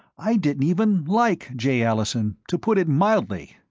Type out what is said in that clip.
i didn't even like jay allison, to put it mildly.